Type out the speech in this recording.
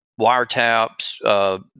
wiretaps